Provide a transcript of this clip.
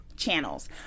channels